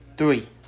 Three